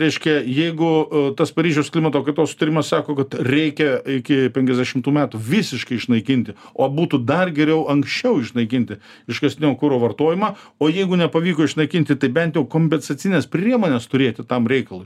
reiškia jeigu tas paryžiaus klimato kaitos sutarimas sako kad reikia iki penkiasdešimtų metų visiškai išnaikinti o būtų dar geriau anksčiau išnaikinti iškastinio kuro vartojimą o jeigu nepavyko išnaikinti tai bent kompensacines priemones turėti tam reikalui